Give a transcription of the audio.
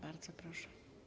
Bardzo proszę.